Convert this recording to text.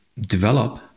develop